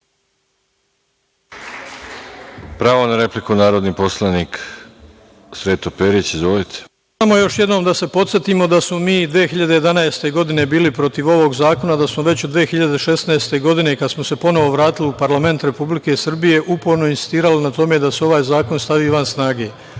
Pravo na repliku, narodni poslanik Sreto Perić. Izvolite. **Sreto Perić** Samo još jednom da se podsetimo da smo mi 2011. godine bili protiv ovog zakona, a da smo već 2016. godine, kad smo se ponovo vratili u parlament Republike Srbije, uporno insistirali na tome da se ovaj zakon stavi van snage.